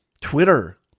Twitter